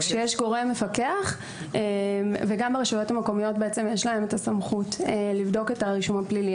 יש מפקח וגם לרשויות המקומיות יש את הסמכות לבדוק את הרישום הפלילי.